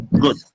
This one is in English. good